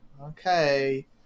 okay